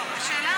לא, השאלה מתי.